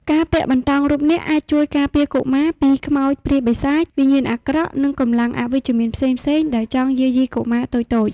ការពាក់បន្តោងរូបនាគអាចជួយការពារកុមារពីខ្មោចព្រាយបិសាច វិញ្ញាណអាក្រក់ និងកម្លាំងអវិជ្ជមានផ្សេងៗដែលចង់យាយីកុមារតូចៗ។